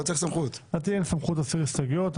אין סמכות להסיר הסתייגויות.